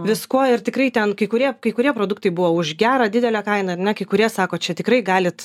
visko ir tikrai ten kai kurie kai kurie produktai buvo už gerą didelę kainą ar ne kai kurie sako čia tikrai galit